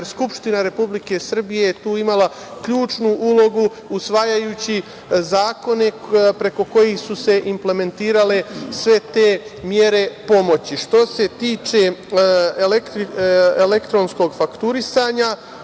jer Skupština Republike Srbije je tu imala ključnu ulogu usvajajući zakone preko kojih su se implementirale sve te mere pomoći. Što se tiče elektronskog fakturisanja,